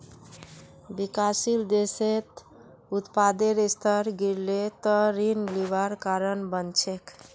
विकासशील देशत उत्पादेर स्तर गिरले त ऋण लिबार कारण बन छेक